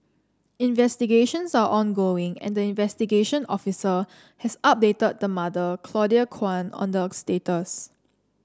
investigations are ongoing and the investigation officer has updated the mother Claudia Kwan on the of status